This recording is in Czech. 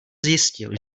zjistil